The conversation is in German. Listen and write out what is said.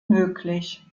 möglich